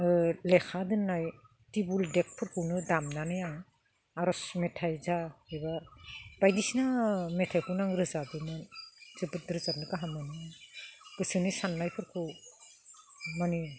लेखा दोननाय थिबुल देग फोरखौनो दामनानै आं आर'ज मेथाइ जा एबा बायदिसिना मेथाइखौनो आं रोजाबोमोन जोबोद रोजाबनो गाहाम मोनोमोन गोसोनि साननायफोरखौ माने